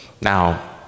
Now